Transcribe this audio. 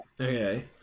Okay